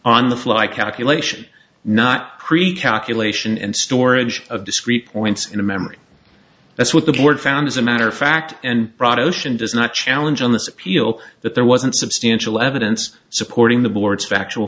on the fly calculation not preach calculation and storage of discrete points in a memory that's what the board found as a matter of fact and brought ocean does not challenge on this appeal that there wasn't substantial evidence supporting the board's factual